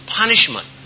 punishment